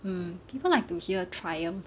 mm people like to hear triumph